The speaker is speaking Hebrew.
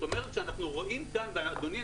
אדוני,